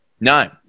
No